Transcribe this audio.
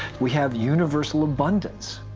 we have universal abundance.